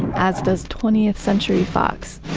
as does twentieth century fox